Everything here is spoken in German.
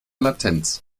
latenz